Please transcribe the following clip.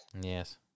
Yes